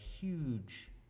huge